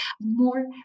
more